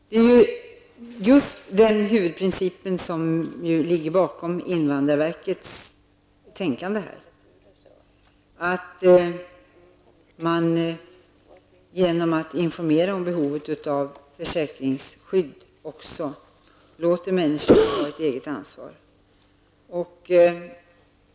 Det är just den principen som ligger bakom invandrarverkets tänkande i det här fallet, nämligen att man skall informera om behovet av ett försäkringsskydd och därmed ge människorna möjlighet att ta ett eget ansvar.